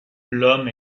l’homme